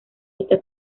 esta